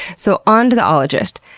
so on to the ologist.